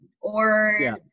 or-